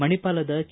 ಮಣಿಪಾಲದ K